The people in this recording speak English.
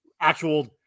actual